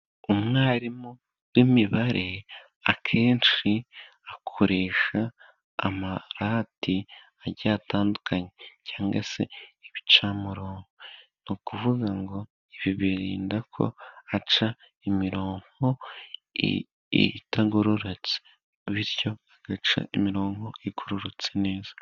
Umwarimu w'imibare, akenshi akoresha amarati agiye atandukanye cyangwa se ibicamurongo, ni ukuvuga ngo ibi birinda ko aca imirongo itagororotse, bityo agaca imirongo igororotse neza.